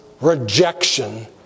rejection